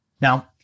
Now